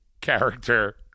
character